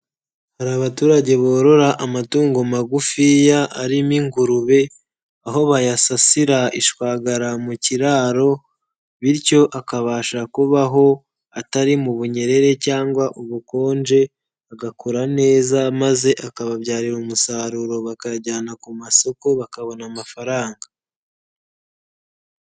Hari abaturage borora amatungo magufiya arimo ingurube, aho bayasasira ishwagara mu kiraro bityo akabasha kubaho atari mu bunyererere cyangwa ubukonje agakora neza maze akababyarira umusaruro bakayajyana ku masoko bakabona amafaranga.